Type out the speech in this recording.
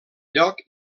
lloc